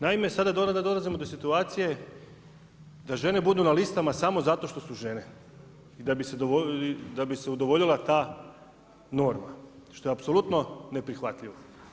Naime, sada dolazimo do situacije da žene budu na listama samo zato što su žene i da bi se udovoljila ta norma, što je apsolutno neprihvatljivo.